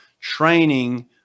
training